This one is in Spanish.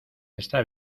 está